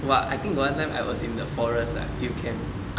!wah! I think got one time I was in the forest ah field camp